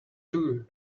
two